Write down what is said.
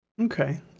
Okay